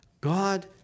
God